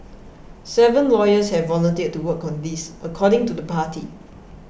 seven lawyers have volunteered to work on this according to the party